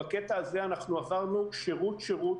בקטע הזה עברנו שירות שירות,